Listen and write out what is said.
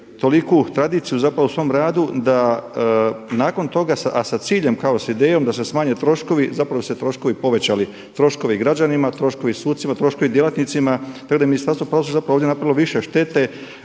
toliku tradiciju u svom radu da nakon toga, a sa ciljem kao s idejom da se smanje troškovi zapravo se troškovi povećali, troškovi građanima, troškovi sucima, troškovi djelatnicima, tako da je Ministarstvo pravosuđa ovdje napravilo više štete